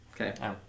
Okay